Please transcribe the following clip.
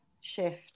shift